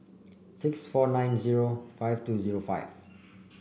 six four nine zero five two zero five